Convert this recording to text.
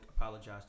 apologized